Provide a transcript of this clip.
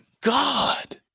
God